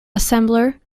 assembler